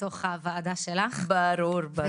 לתוך הוועדה שלך --- ברור, ברור.